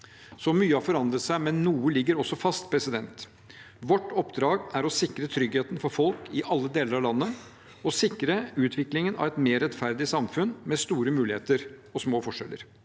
Så mye har forandret seg, men noe ligger også fast. Vårt oppdrag er å sikre tryggheten for folk i alle deler av landet og sikre utviklingen av et mer rettferdig samfunn, med store muligheter og små forskjeller.